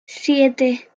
siete